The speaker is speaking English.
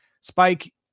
Spike